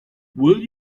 will